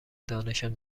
دانشم